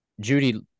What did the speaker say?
Judy